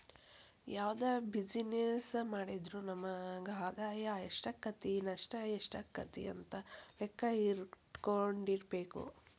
ಯಾವ್ದ ಬಿಜಿನೆಸ್ಸ್ ಮಾಡಿದ್ರು ನಮಗ ಆದಾಯಾ ಎಷ್ಟಾಕ್ಕತಿ ನಷ್ಟ ಯೆಷ್ಟಾಕ್ಕತಿ ಅಂತ್ ಲೆಕ್ಕಾ ಇಟ್ಕೊಂಡಿರ್ಬೆಕು